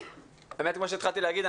כמו שהתחלתי להגיד,